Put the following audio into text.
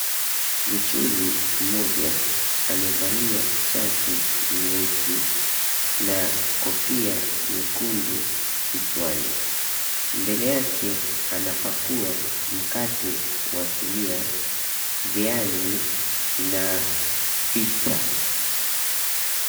Mchuuzi mmoja amevalia shati jeusi na kofia nyekundu kichwani. Mbele yake anapakua mkate wa sinia, viazi na pizza .